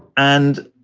and,